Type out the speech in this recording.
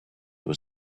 was